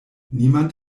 niemand